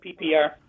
PPR